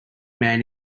man